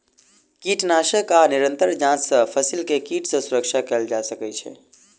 कीटनाशक आ निरंतर जांच सॅ फसिल के कीट सॅ सुरक्षा कयल जा सकै छै